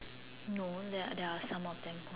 no there there are some of them